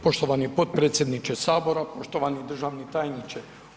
Poštovani potpredsjedniče Sabora, poštovani državni tajniče.